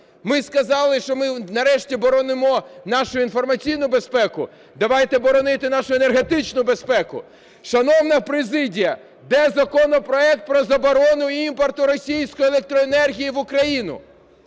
Ми сказали, що ми нарешті боронимо нашу інформаційну безпеку, давайте боронити нашу енергетичну безпеку. Шановна президія, де законопроект про заборону імпорту російської електроенергії в Україну?